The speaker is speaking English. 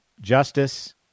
justice